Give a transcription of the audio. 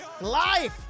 life